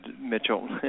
Mitchell